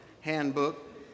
handbook